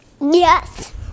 Yes